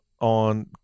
on